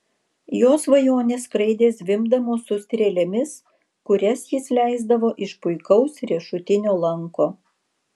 jo svajonės skraidė zvimbdamos su strėlėmis kurias jis leisdavo iš puikaus riešutinio lanko